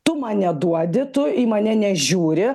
tu man neduodi tu į mane nežiūri